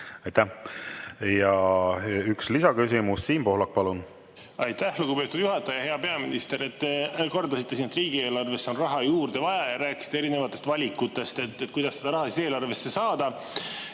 Aitäh! Ja üks lisaküsimus. Siim Pohlak, palun! Aitäh, lugupeetud juhataja! Hea peaminister! Te kordasite siin, et riigieelarvesse on raha juurde vaja, ja rääkisite erinevatest valikutest, kuidas seda raha eelarvesse saada.